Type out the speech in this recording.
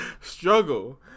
Struggle